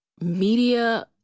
media